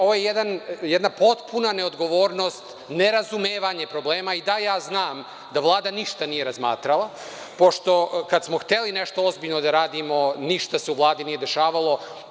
Ovo je jedna potpuna neodgovornost, nerazumevanje problema i da ja znam da Vlada ništa nije razmatrala pošto kad smo hteli nešto ozbiljno da radimo, ništa se u Vladi nije dešavalo.